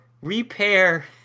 repair